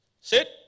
Sit